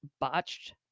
botched